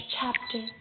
chapter